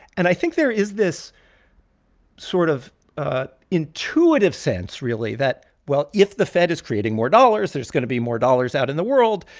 and i think there is this sort of intuitive sense, really, that well, if the fed is creating more dollars, there's going to be more dollars out in the world.